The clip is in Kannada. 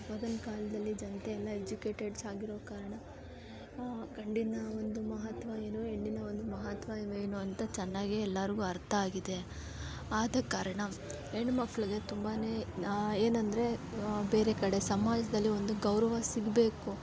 ಇವಾಗಿನ ಕಾಲದಲ್ಲಿ ಜನತೆ ಎಲ್ಲ ಎಜುಕೇಟೆಡ್ಸ್ ಆಗಿರೋ ಕಾರಣ ಗಂಡಿನ ಒಂದು ಮಹತ್ವ ಏನು ಹೆಣ್ಣಿನ ಒಂದು ಮಹತ್ವವೇನು ಅಂತ ಚೆನ್ನಾಗೆ ಎಲ್ಲಾರಿಗೂ ಅರ್ಥ ಆಗಿದೆ ಆದ ಕಾರಣ ಹೆಣ್ಣು ಮಕ್ಕಳಿಗೆ ತುಂಬಾ ಏನಂದರೆ ಬೇರೆ ಕಡೆ ಸಮಾಜದಲ್ಲಿ ಒಂದು ಗೌರವ ಸಿಗಬೇಕು